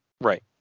Right